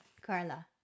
Carla